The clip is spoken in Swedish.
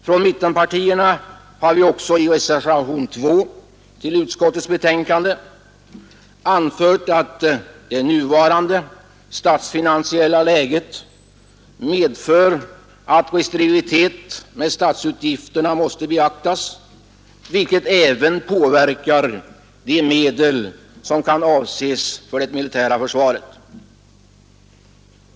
Från mittenpartierna har vi i reservationen 2 till utskottets betänkande anfört, att det nuvarande statsfinansiella läget medför att restriktivitet med statsutgifterna måste iakttas, vilket påverkar även de medel som avses för det militära försvaret.